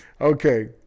Okay